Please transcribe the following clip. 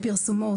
בפרסומות,